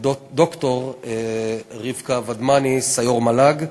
וד"ר רבקה ודמני, סיו"ר מל"ג.